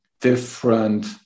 different